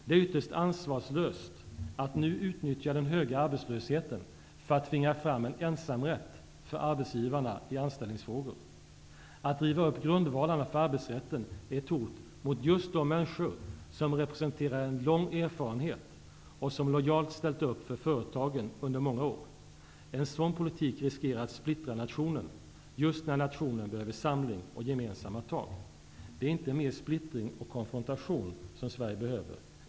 Det är ytterst ansvarslöst att nu utnyttja den höga arbetslösheten för att tvinga fram en ensamrätt för arbetsgivarna i anställningsfrågor. Att riva upp grundvalarna för arbetsrätten är ett hot mot just de människor som representerar en lång erfarenhet och som lojalt ställt upp för företagen under många år. En sådan politik riskerar att splittra nationen, just när nationen behöver samling och gemensamma tag. Det är inte mer splittring och konfrontation som Sverige behöver.